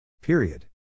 Period